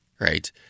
right